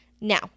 Now